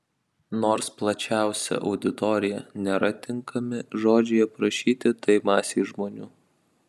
nors plačiausia auditorija nėra tinkami žodžiai aprašyti tai masei žmonių